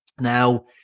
Now